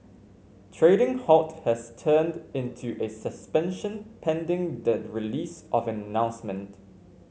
trading halt has turned into a suspension pending the release of an announcement